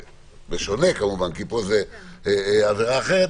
בשונה כמובן כי פה זו עבירה אחרת,